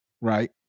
Right